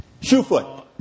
Shoefoot